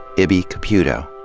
ibby caputo.